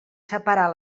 separar